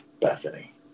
Bethany